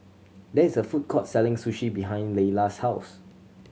there is a food court selling Sushi behind Layla's house